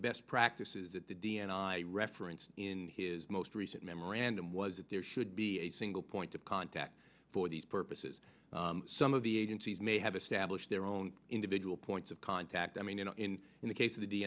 best practices that the d n i referenced in his most recent memorandum was that there should be a single point of contact for these purposes some of the agencies may have established their own individual points of contact i mean you know in in the case of the d